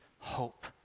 hope